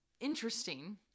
interesting